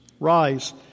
Rise